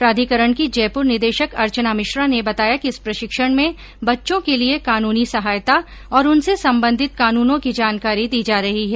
प्राधिकरण की जयपुर निदेशक अर्चना मिश्रा ने बताया कि इस प्रशिक्षण में बच्चों के लिए कानूनी सहायता और उनसे संबंधित कानूनों की जानकारी दी जा रही है